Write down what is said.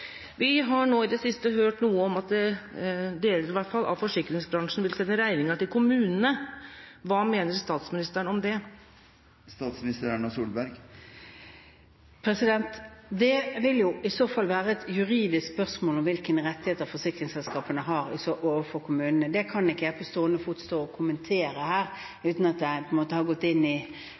Vi har i det siste hørt noe om at i hvert fall deler av forsikringsbransjen vil sende regninga til kommunene. Hva mener statsministeren om det? Det vil i så fall være et juridisk spørsmål om hvilke rettigheter forsikringsselskapene har overfor kommunene. Det kan ikke jeg på stående fot kommentere uten å ha gått dypere inn i et sånt spørsmål. Men jeg tror det er en